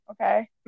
okay